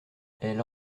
elle